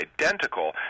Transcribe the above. identical